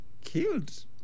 killed